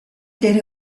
дээрээ